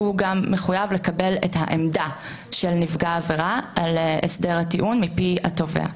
הוא גם מחויב לקבל את העמדה של נפגע העבירה על הסדר הטיעון מפי התובע.